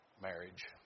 marriage